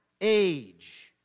age